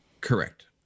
Correct